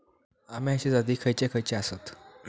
अम्याचे जाती खयचे खयचे आसत?